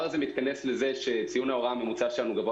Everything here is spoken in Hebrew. זה מתכנס לזה שציון ההוראה הממוצע שלנו גבוה